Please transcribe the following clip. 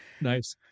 nice